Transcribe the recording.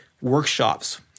workshops